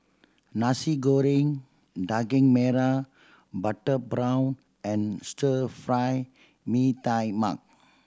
Nasi Goreng Daging Merah butter prawn and Stir Fry Mee Tai Mak